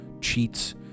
cheats